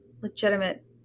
legitimate